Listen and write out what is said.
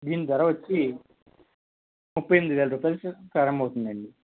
దీని ధర వచ్చి ముప్పై ఎనిమిది వేల రూపాయలతో ప్రారంభం అవుతుందండి